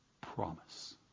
promise